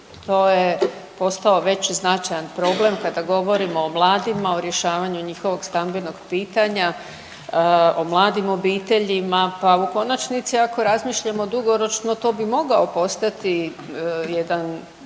To je postao već značajan problem kada govorimo o mladima, o rješavanju njihovog stambenog pitanja, o mladim obiteljima. Pa u konačnici ako razmišljamo dugoročno to bi mogao postati jedan